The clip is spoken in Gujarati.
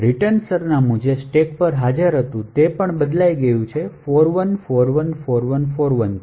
રીટર્ન સરનામુ જે સ્ટેક પર હાજર હતું તે પણ બદલાઈ ગયું છે 41414141 થી